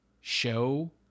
show